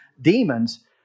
demons